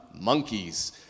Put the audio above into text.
monkeys